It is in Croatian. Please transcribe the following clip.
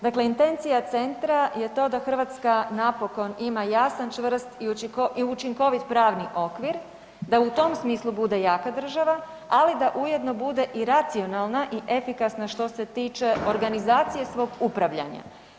Dakle, intencija Centra je to da Hrvatska napokon ima jasan, čvrst i učinkovit pravni okvir, da u tom smislu bude jaka država, ali da ujedno bude i racionalna i efikasna što se tiče organizacije svoj upravljanja.